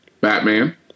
Batman